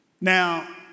Now